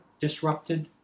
disrupted